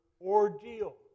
ordeal